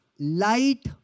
light